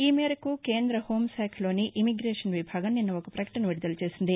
ఈ మేరకు కేంద్ర హోంశాఖలోని ఇమ్మిగేషన్ విభాగం నిన్న ప్రకటన విదుదల చేసింది